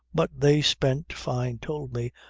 but they spent, fyne told me,